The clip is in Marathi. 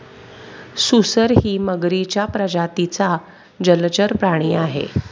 सुसरही मगरीच्या प्रजातीचा जलचर प्राणी आहे